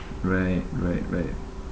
right right right